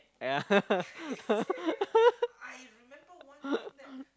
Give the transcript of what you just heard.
yeah